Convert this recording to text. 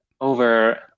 over